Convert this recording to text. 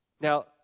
Now